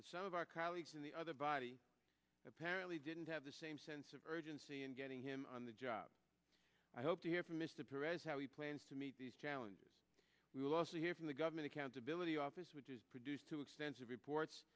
but some of our colleagues in the other body apparently didn't have the same sense of urgency in getting him on the job i hope to hear from mr peres how he plans to meet these challenges we will also hear from the government accountability office which is produced two extensive reports